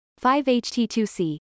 5-HT2C